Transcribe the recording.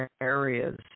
areas